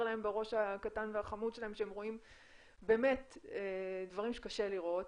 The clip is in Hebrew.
להם בראש הקטן והחמוד שלהם כשהם רואים דברים שקשה לראות,